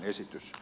se siitä